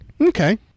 okay